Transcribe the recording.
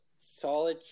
solid